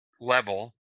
level